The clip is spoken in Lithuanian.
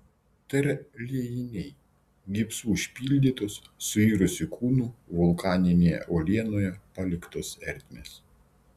tai yra liejiniai gipsu užpildytos suirusių kūnų vulkaninėje uolienoje paliktos ertmės